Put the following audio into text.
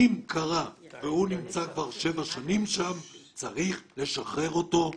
אם קרה והוא נמצא כבר שבע שנים, צריך לשחרר אותו,